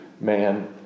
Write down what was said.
man